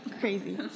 crazy